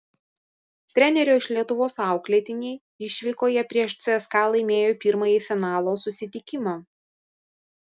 trenerio iš lietuvos auklėtiniai išvykoje prieš cska laimėjo pirmąjį finalo susitikimą